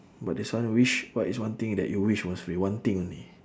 but this one wish what is one thing that you wish was free one thing only